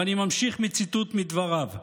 ואני ממשיך בציטוט מדבריו: